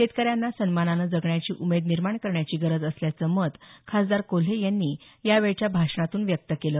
शेतकऱ्यांना सन्मानानं जगण्याची उमेद निर्माण करण्याची गरज असल्याचं मत खासदार कोल्हे यांनी यावेळच्या भाषणातून व्यक्त केलं